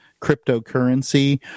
cryptocurrency